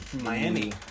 Miami